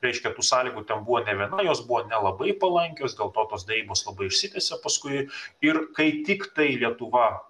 reiškia tų sąlygų ten buvo ne viena jos buvo nelabai palankios dėl to tos derybos labai išsitęsė paskui ir kai tiktai lietuva